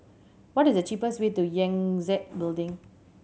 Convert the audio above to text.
what is the cheapest way to Yangtze Building